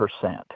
percent